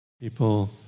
people